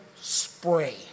spray